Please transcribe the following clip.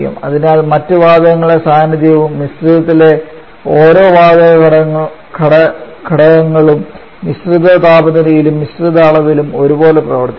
അതിനാൽ മറ്റ് വാതകങ്ങളുടെ സാന്നിധ്യവും മിശ്രിതത്തിലെ ഓരോ വാതക ഘടകങ്ങളും മിശ്രിത താപനിലയിലും മിശ്രിത അളവിലും ഒരേപോലെ പ്രവർത്തിക്കുന്നു